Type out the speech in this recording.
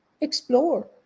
explore